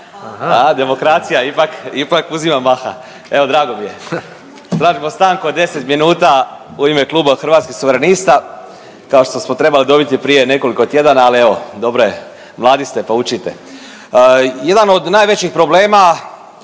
demokracija ipak, ipak uzima maha. Evo, drago mi je. Tražimo stanku od 10 minuta u ime Kluba Hrvatskih suverenista kao što smo trebali dobiti prije nekoliko tjedana, ali evo, dobro je, mladi ste pa učite. Jedan od najvećih problema